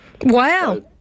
Wow